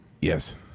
Yes